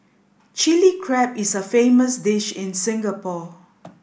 Chilli Crab is a famous dish in Singapore